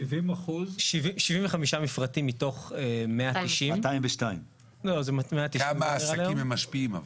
75 מפרטים מתוך 190. 202. על כמה עסקים הם משפיעים אבל?